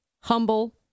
humble